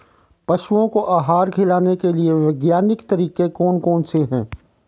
पशुओं को आहार खिलाने के लिए वैज्ञानिक तरीके कौन कौन से हैं?